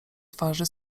twarzy